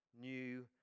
new